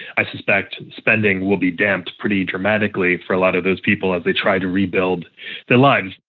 i suspect spending will be damped pretty dramatically for a lot of those people as they try to rebuild their lives,